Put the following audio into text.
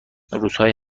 روزهای